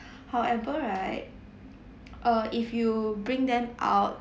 however right uh if you bring them out